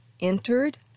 entered